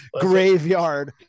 graveyard